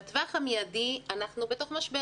בטווח המיידי אנחנו בתוך משבר.